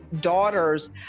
daughters